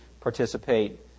participate